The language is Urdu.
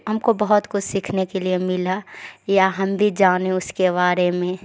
ہم کو بہت کچھ سیکھنے کے لیے ملا یا ہم بھی جانے اس کے بارے میں